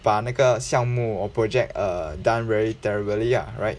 把那个项目 or project err done very terribly ah right